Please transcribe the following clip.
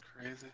crazy